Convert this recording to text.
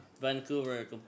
Vancouver